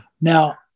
Now